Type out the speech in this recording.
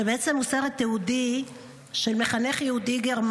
ובעצם הוא סרט תיעודי על מחנך יהודי-גרמני,